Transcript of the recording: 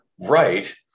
right